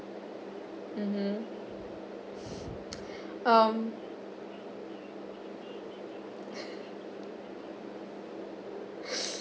mmhmm um